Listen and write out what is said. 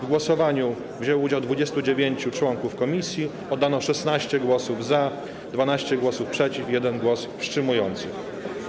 W głosowaniu wzięło udział 29 członków komisji, oddano 16 głosów za, 12 głosów przeciw i jeden głos wstrzymujący.